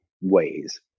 ways